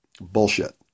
Bullshit